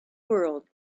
world